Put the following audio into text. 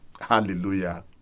Hallelujah